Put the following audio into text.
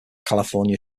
california